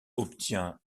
obtient